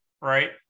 right